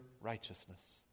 righteousness